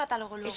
i don't want